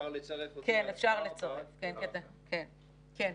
חלקם רסיסים,